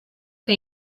que